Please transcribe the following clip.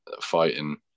fighting